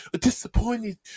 disappointed